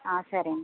సరే అండి